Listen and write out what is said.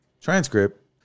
transcript